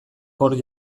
hor